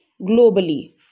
globally